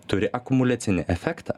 turi akumuliacinį efektą